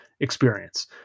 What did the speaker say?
experience